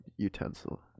utensil